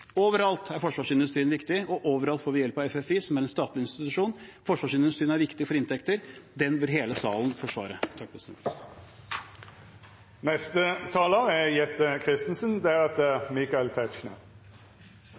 er viktig overalt, og overalt får vi hjelp av FFI, som er en statlig institusjon. Forsvarsindustrien er viktig for inntektene. Den bør hele salen forsvare. Fra Arbeiderpartiets side er